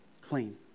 clean